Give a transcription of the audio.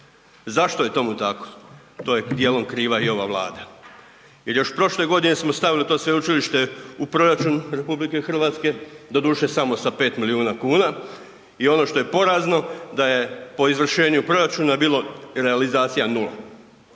Zašto je tomu tako? To je dijelom kriva i ova Vlada jer još prošle godine smo stavili to sveučilište u proračun RH, doduše samo sa 5 milijuna kuna i ono što je porazno da je po izvršenju proračuna bilo realizacija 0.